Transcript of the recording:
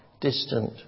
distant